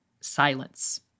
Silence